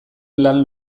lan